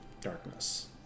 Darkness